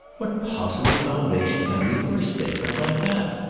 what possible foundation have you for a statement like that?